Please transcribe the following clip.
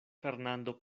fernando